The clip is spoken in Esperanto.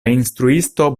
instruisto